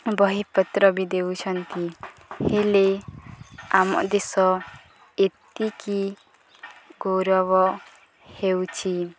ବହିପତ୍ର ବି ଦେଉଛନ୍ତି ହେଲେ ଆମ ଦେଶ ଏତିକି ଗୌରବ ହେଉଛି